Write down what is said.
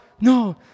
No